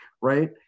Right